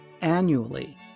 annually